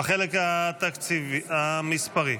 בחלק המספרי.